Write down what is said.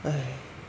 !hais!